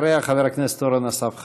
אחריה, חבר הכנסת אורן אסף חזן.